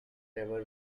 never